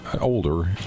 older